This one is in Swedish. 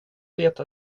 veta